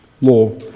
law